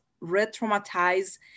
re-traumatize